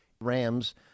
Rams